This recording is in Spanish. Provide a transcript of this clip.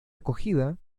acogida